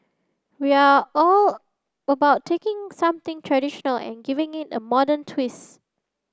we are all about taking something traditional and giving it a modern twist